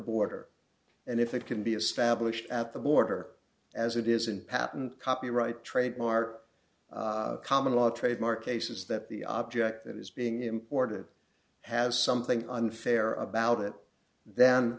border and if it can be established at the border as it is in patent copyright trademark or common law trademark cases that the object that is being imported has something unfair about it then